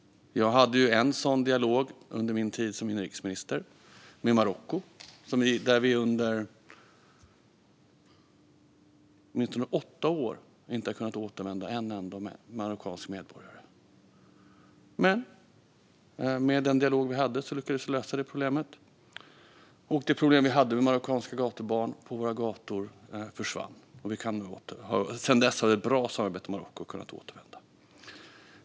Under min tid som inrikesminister hade jag en sådan dialog med Marocko, dit vi under åtta år inte hade kunnat återsända en enda marockansk medborgare. Men med den dialog vi hade lyckades vi lösa det problemet, och det problem vi hade med marockanska gatubarn på våra gator försvann. Sedan dess har vi haft ett bra samarbete med Marocko och kunnat återsända.